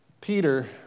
Peter